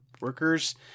workers